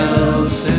else